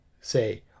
say